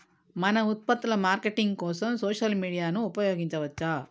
మన ఉత్పత్తుల మార్కెటింగ్ కోసం సోషల్ మీడియాను ఉపయోగించవచ్చా?